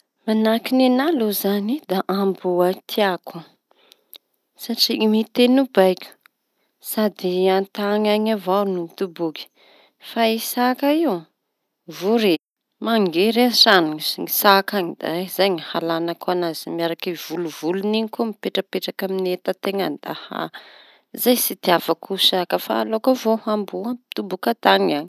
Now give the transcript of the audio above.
Da amboa no tiako satria iñy miteno baiko sady an-tany avao no mitoboky fa i saka voretsy mangery ngery an-traño n, ny saka iñy da zay ny halaña ko an'azy miaraky volovolony iñy mipetrapetraka amy entanteña da zay tsy itiavako saka fa aleo amboa avao i amboa mitoboky an-tany any.